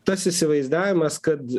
tas įsivaizdavimas kad